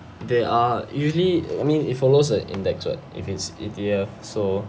there are usually I mean it follows a index [what] if it's E_T_F so